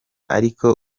ariko